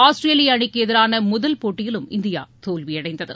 Australia அணிக்கு எதிரான முதல் போட்டியிலும் இந்தியா தோல்வியடைந்தது